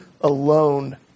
alone